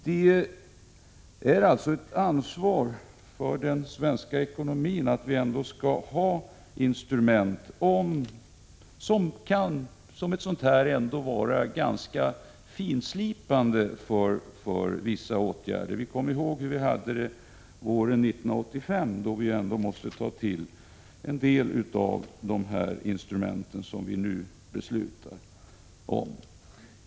Det är alltså ett ansvar när det gäller den svenska ekonomin att vi skall ha instrument vilka kan — liksom det vi nu diskuterar — vara ganska finslipande då det gäller vissa åtgärder. Vi kommer ihåg hur vi hade det våren 1985, då vi måste ta till en del av de instrument som det nu gäller.